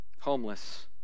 homeless